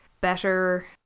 better